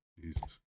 Jesus